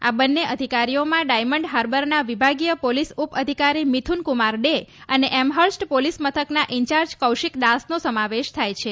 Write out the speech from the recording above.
આ બંને અધિકારીઓમાં ડાયમન્ડ હાર્બરના વિભાગીય પોલીસ ઉપઅધિકારી મિથુન્કમાર ડે અને એમહર્સ્ટ પોલીસ મથકના ઇન્ચાર્જ કૌશિક દાસનો સમાવેશ થાય છે